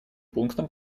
пунктам